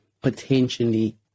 potentially